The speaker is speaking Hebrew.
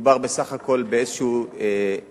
מדובר בסך הכול באיזה תרגיל